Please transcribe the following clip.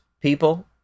people